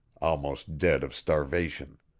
almost dead of starvation.